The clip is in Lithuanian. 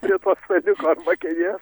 prie to staliuko arba kėdės